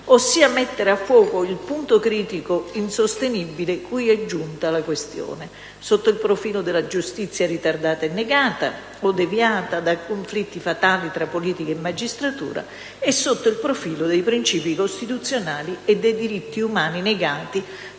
nel "mettere a fuoco il punto critico insostenibile cui è giunta la questione, sotto il profilo della giustizia ritardata e negata, o deviata da conflitti fatali fra politica magistratura, e sotto il profilo dei principi costituzionali e dei diritti umani negati